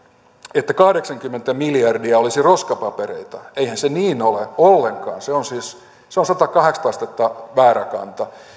että kahdeksankymmentä miljardia olisi roskapapereita eihän se niin ole ollenkaan se on satakahdeksankymmentä astetta väärä kanta